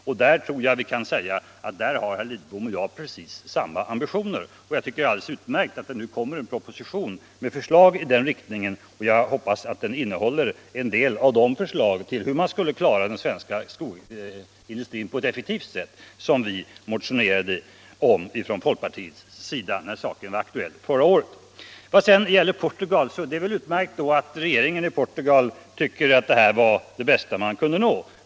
Och där har herr Lidbom och jag precis samma ambitioner, och jag tycker det är alldeles utmärkt att det nu kommer en proposition med förslag i den riktningen. Jag hoppas att den kommer att innehålla en del av de förslag till hur man på ett effektivt sätt skall klara den svenska skoindustrin som vi från folkpartiets sida motionerade om när frågan var aktuell förra året. Det är ju en sak att regeringen i Portugal tycker att den uppgörelse som träffades var den bästa man kunde nå.